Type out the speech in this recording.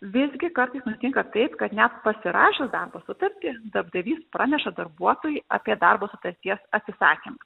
visgi kartais nutinka taip kad net pasirašius darbo sutartį darbdavys praneša darbuotojui apie darbo sutarties atsisakymą